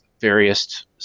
various